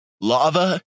lava